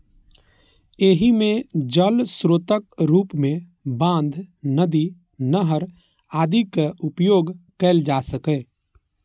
एहि मे जल स्रोतक रूप मे बांध, नदी, नहर आदिक उपयोग कैल जा सकैए